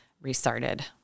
restarted